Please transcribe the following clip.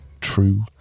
true